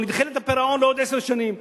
או נדחה את הפירעון לעוד עשר שנים.